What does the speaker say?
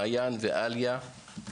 מעין ועליה,